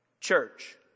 Church